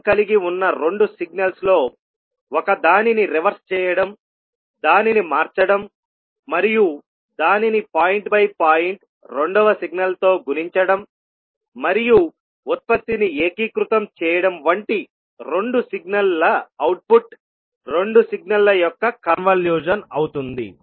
time కలిగి ఉన్న రెండుసిగ్నల్స్లో ఒకదానిని రివర్స్ చేయడం దానిని మార్చడం మరియు దానిని పాయింట్ బై పాయింట్ రెండవ సిగ్నల్తో గుణించడం మరియు ఉత్పత్తిని ఏకీకృతం చేయడం వంటి రెండు సిగ్నల్ల అవుట్పుట్ రెండు సిగ్నల్ల యొక్క కన్వల్యూషన్ అవుతుంది